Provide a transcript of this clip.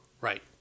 Right